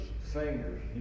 fingers